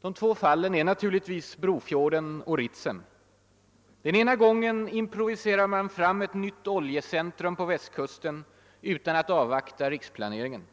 De två fallen är naturligtvis Brofjorden och Ritsem. Den ena gången improviserar man fram ett nytt oljecentrum på Västkusten utan att avvakta riksplaneringen.